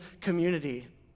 community